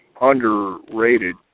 underrated